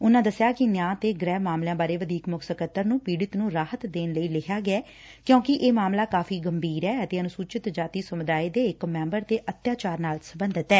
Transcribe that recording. ਉਨੁਾ ਦਸਿਆ ਕਿ ਨਿਆ ਤੇ ਗ੍ਰਹਿ ਮਾਮਲਿਆ ਬਾਰੇ ਵਧੀਕ ਮੁੱਖ ਸਕੱਤਰ ਨੂੰ ਪੀੜਤ ਨੂੰ ਰਾਹਤ ਦੇਣ ਲਈ ਲਿਖਿਆ ਗਿਐ ਕਿਉਂਕਿ ਇਹ ਮਾਮਲਾ ਕਾਵੀ ਗੰਭੀਰ ਐ ਅਤੇ ਅਨੁਸੁਚਿਤ ਜਾਤੀ ਸਮੁਦਾਇ ਦੇ ਇਕ ਮੈਬਰ ਤੇ ਅਤਿਆਚਾਰ ਨਾਲ ਸਬੰਧਤ ਐ